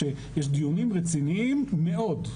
שיש דיונים רציניים מאוד.